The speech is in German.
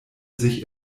sich